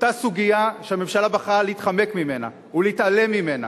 אותה סוגיה שהממשלה בחרה להתחמק ממנה ולהתעלם ממנה,